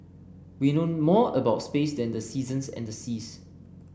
we know more about space than the seasons and the seas